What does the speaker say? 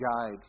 guide